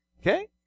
Okay